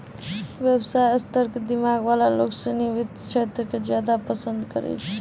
व्यवसाय र स्तर क दिमाग वाला लोग सिनी वित्त क्षेत्र क ज्यादा पसंद करै छै